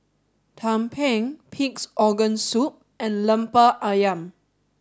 Tumpeng Pig's organ soup and Lemper Ayam